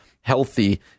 healthy